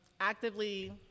actively